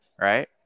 right